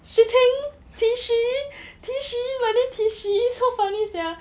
shi ting tissue tissue my name tissue so funny sia